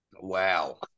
Wow